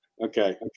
Okay